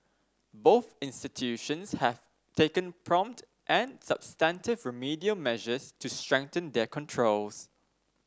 both institutions have taken prompt and substantive remedial measures to strengthen their controls